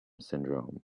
syndrome